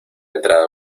entrada